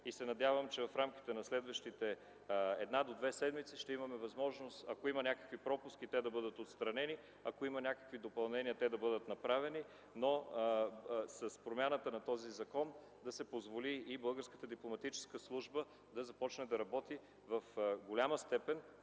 Надявам се, че в рамките на следващите една до две седмици ще имаме възможност, ако има някакви пропуски, те да бъдат отстранени, ако има някакви допълнения, те да бъдат направени, но с промяната на този закон да се позволи и българската Дипломатическа